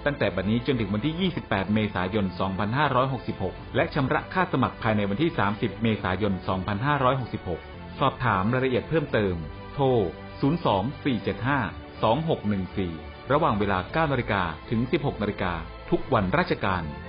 ตั้งแต่บัดนี้จนถึงวันที่ยี่สิบแปดเมษายนสองพันห้าร้อยหกสิบหกและชำระค่าสมัครภายในวันที่สามสิบเมษายนสองพันห้าร้อยหกสิบหกสอบถามรายละเอียดเพิ่มเติมโทร02-475-2614ระหว่างเวลาเก้านาฬิกาถึงสิบหกนาฬิกาทุกวันราชการ